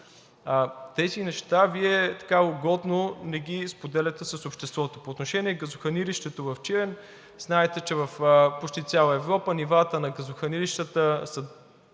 Тези неща Вие угодно не ги споделяте с обществото. По отношение на газохранилището в „Чирен“. Знаете, че в почти цяла Европа нивата на газохранилищата са